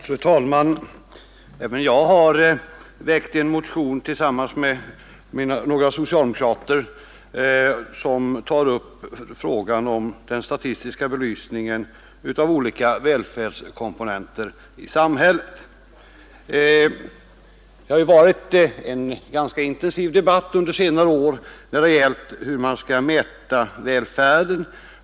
Fru talman! Även jag har tillsammans med några andra socialdemo krater väckt en motion som tar upp frågan om den statistiska belysningen av olika välfärdskomponenter i samhället. Det har varit en ganska intensiv debatt under senare år när det gäller hur man skall mäta välfärden.